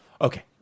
Okay